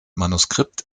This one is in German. manuskript